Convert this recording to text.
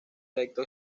erecto